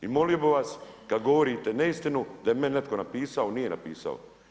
I molimo bih vas kada govorite neistinu, da je meni netko napisao, nije napisao.